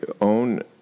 own